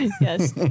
Yes